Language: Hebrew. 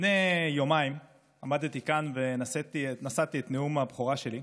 לפני יומיים עמדתי כאן ונשאתי את נאום הבכורה שלי,